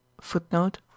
Footnote